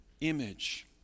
image